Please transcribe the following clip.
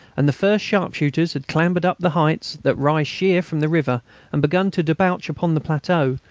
and the first sharpshooters had clambered up the heights that rise sheer from the river and begun to debouch upon the plateau,